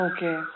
Okay